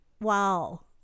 wow